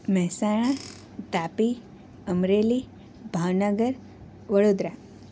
Mehsana Tapi Amreli Bhavnagar Vadodara